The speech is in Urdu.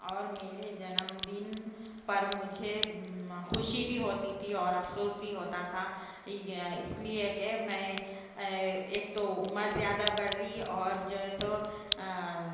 اور میرے جنم دن پر مجھے خوشی بھی ہوتی تھی اور افسوس بھی ہوتا تھا اس لیے کہ میں ایک تو عمر زیادہ بڑھ رہی اور جو ہے سو